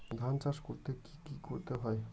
ধান চাষ করতে কি কি করতে হয়?